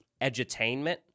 edutainment